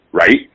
right